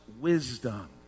wisdom